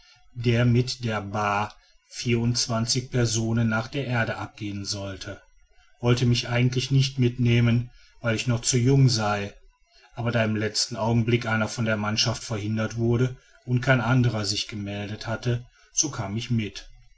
der mit der ba vierundzwanzig personen nach der erde abgehen sollte wollte mich eigentlich nicht mitnehmen weil ich noch zu jung sei aber da im letzten augenblick einer von der mannschaft verhindert wurde und kein andrer sich gemeldet hatte so kam ich mit